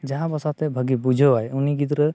ᱡᱟᱦᱟᱸᱛᱮ ᱵᱷᱟᱜᱮ ᱵᱩᱡᱷᱟᱹᱣ ᱟᱭ ᱩᱱᱤ ᱜᱤᱫᱽᱨᱟᱹ